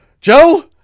Joe